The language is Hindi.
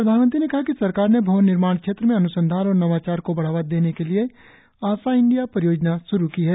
प्रधानमंत्री ने कहा कि सरकार ने भवन निर्माण क्षेत्र में अन्संधान और नवाचार को बढ़ावा देने के लिए आशा इंडिया परियोजना श्रू की है